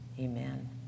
amen